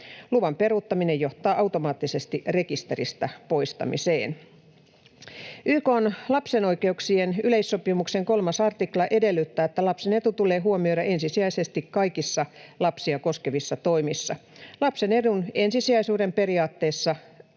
Luvan peruuttaminen johtaa automaattisesti rekisteristä poistamiseen. YK:n lapsen oikeuksien yleissopimuksen 3 artikla edellyttää, että lapsen etu tulee huomioida ensisijaisesti kaikissa lapsia koskevissa toimissa. Lapsen edun ensisijaisuuden periaatteesta